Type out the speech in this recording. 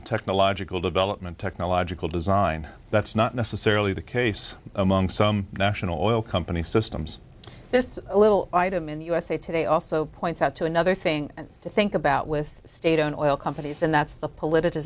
in technological development technological design that's not necessarily the case among some national oil company systems this little item in the usa today also points out to another thing to think about with state and oil companies and that's the politic